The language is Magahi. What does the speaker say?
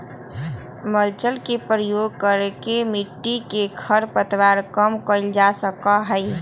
मल्च के प्रयोग करके मिट्टी में खर पतवार कम कइल जा सका हई